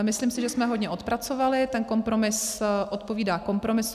Myslím si, že jsme hodně odpracovali, ten kompromis odpovídá kompromisu.